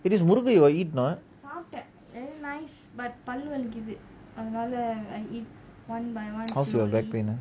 it's murukku you eat know how's your back pain ah